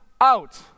out